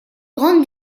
grande